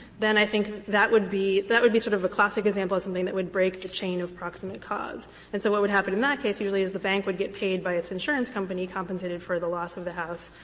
then i think that would be that would be sort of a classic example of something that would break the chain of proximate cause. and so what would happen in that case usually is the bank would get paid by its insurance company, compensated for the loss of the house,